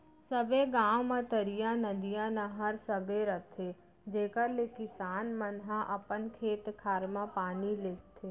सबे गॉंव म तरिया, नदिया, नहर सबे रथे जेकर ले किसान मन ह अपन खेत खार म पानी लेगथें